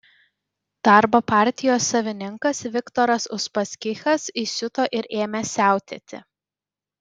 darbo partijos savininkas viktoras uspaskichas įsiuto ir ėmė siautėti